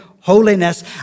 holiness